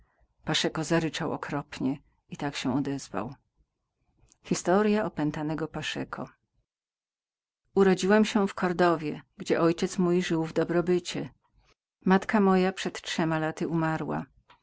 paszeko zaryczał okropnie i tak się odezwał urodziłem się w kordowie gdzie ojciec mój żył w stanie wyższym nad mierność matka moja przed trzema laty umarła